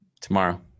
Tomorrow